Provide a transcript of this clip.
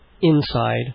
inside